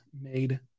made